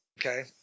Okay